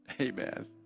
Amen